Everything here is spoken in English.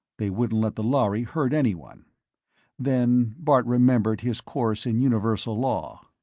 they wouldn't let the lhari hurt anyone then bart remembered his course in universal law.